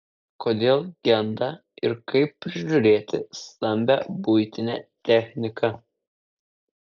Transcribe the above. kodėl genda ir kaip prižiūrėti stambią buitinę techniką